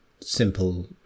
simple